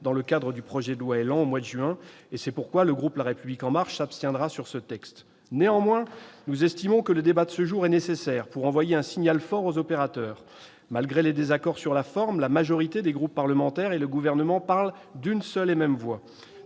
de l'examen du projet de loi ÉLAN, au mois de juin prochain. C'est pourquoi le groupe La République En Marche s'abstiendra sur la présente proposition de loi. Néanmoins, nous estimons que le débat de ce jour est nécessaire pour envoyer un signal fort aux opérateurs : malgré les désaccords sur la forme, la majorité des groupes parlementaires et le Gouvernement parlent d'une seule et même voix.